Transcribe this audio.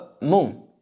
Moon